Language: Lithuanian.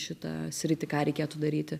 šitą sritį ką reikėtų daryti